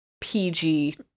PG